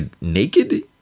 naked